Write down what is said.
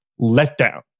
letdown